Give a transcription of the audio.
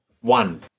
One